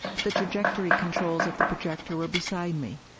the trajectory controls of the projector were beside me.